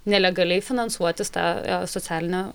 nelegaliai finansuotis tą socialinę